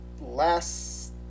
last